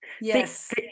Yes